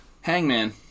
Hangman